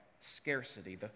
scarcity